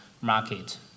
market